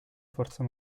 forza